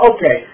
Okay